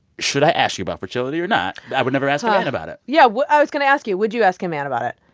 should i ask you about fertility or not? i would never ask a man about it yeah. i was going to ask you, would you ask a man about it?